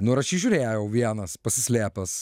nu ir aš jį žiūrėjau vienas pasislėpęs